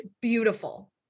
beautiful